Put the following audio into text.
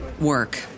work